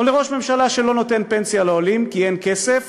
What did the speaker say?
או לראש ממשלה שלא נותן פנסיה לעולים כי אין כסף,